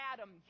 Adam